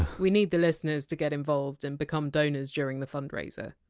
we need the listeners to get involved and become donors during the fundraiser.